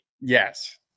yes